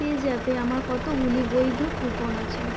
পেজ্যাপে আমার কতগুলি বৈধ কুপন আছে